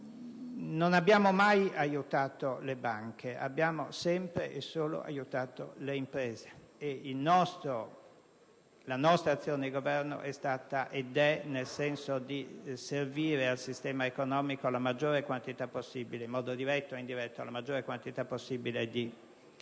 Non abbiamo mai aiutato le banche: abbiamo sempre e solo aiutato le imprese, e la nostra azione di governo è stata ed è nel senso di servire al sistema economico, in modo diretto e indiretto, la maggiore quantità possibile di capitali,